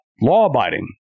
law-abiding